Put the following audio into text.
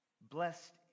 Blessed